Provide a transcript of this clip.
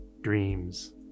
dreams